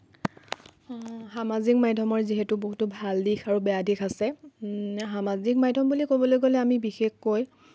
সামাজিক মাধ্যমৰ যিহেতু বহতো ভাল দিশ আৰু বেয়া দিশ আছে সামাজিক মাধ্যম বুলি ক'বলৈ গ'লে আমি বিশেষকৈ